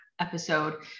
episode